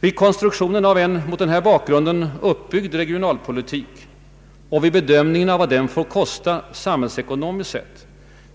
Vid konstruktionen av en mot den här bakgrunden uppbyggd regionalpolitik och vid bedömningen av vad den får kosta samhällsekonomiskt sett